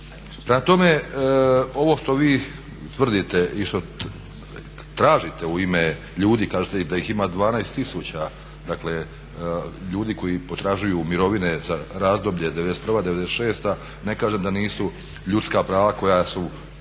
tome, ovo što vi tvrdite i što tražite u ime ljudi, kažete da ih ima 12000. Dakle, ljudi koji potražuju mirovine za razdoblje '91., '96. ne kažem da nisu ljudska prava koja su